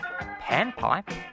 panpipe